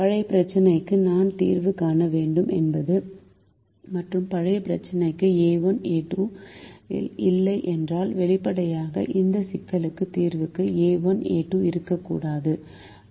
பழைய பிரச்சினைக்கு நான் தீர்வு காண வேண்டும் மற்றும் பழைய பிரச்சினைக்கு a1 a2 இல்லை என்றால் வெளிப்படையாக இந்த சிக்கலுக்கான தீர்வுக்கு a1 a2 இருக்கக்கூடாது